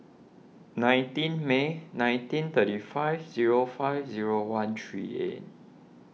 nineteen May nineteen thirty five zero five zero one three eight